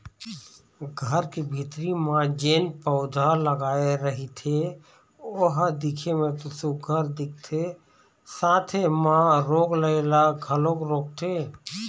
घर के भीतरी म जेन पउधा लगाय रहिथे ओ ह दिखे म तो सुग्घर दिखथे साथे म रोग राई ल घलोक रोकथे